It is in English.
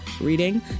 reading